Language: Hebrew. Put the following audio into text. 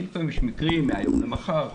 לפעמים יש מקרים מהיום למחר,